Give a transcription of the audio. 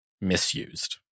misused